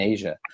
Asia